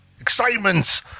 excitement